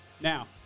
Now